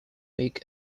week